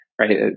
Right